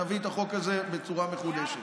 נביא את החוק הזה בצורה מחודשת.